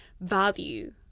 value